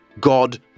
God